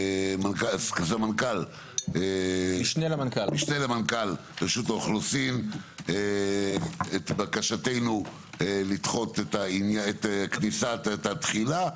- ביקשתי ממשנה למנכ"ל רשות האוכלוסין את בקשתנו לדחות את כניסת התחילה.